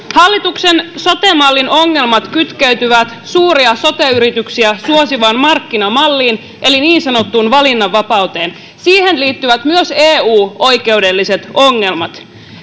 hallituksen sote mallin ongelmat kytkeytyvät suuria sote yrityksiä suosivaan markkinamalliin eli niin sanottuun valinnanvapauteen siihen liittyvät myös eu oikeudelliset ongelmat